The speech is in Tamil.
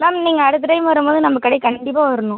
மேம் நீங்கள் அடுத்த டைம் வரும் போது நம்ம கடைக்கு கண்டிப்பாக வரணும்